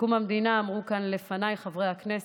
מקום המדינה, אמרו כאן לפניי חברי הכנסת,